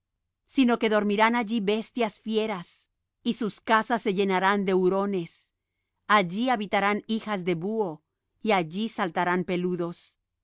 sino que dormirán allí bestias fieras y sus casas se llenarán de hurones allí habitarán hijas del buho y allí saltarán peludos